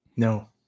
No